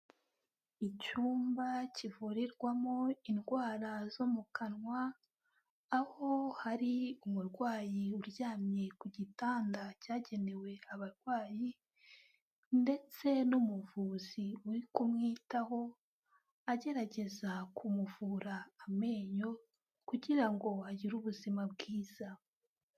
Icyumba kivurirwamo indwara zo mu kanwa aho hari umurwayi uryamye ku gitanda cyagenewe abarwayi, ndetse n'umuvuzi uri kumwitaho agerageza kumuvura amenyo kugira ngo agire ubuzima bwiza.